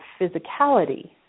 physicality